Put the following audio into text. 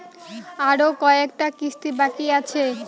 আরো কয়টা কিস্তি বাকি আছে?